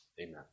Amen